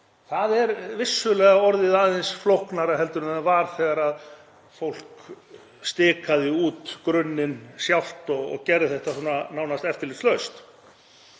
Það er vissulega orðið aðeins flóknara heldur en var þegar fólk stikaði út grunninn sjálft og gerði þetta svona nánast eftirlitslaust.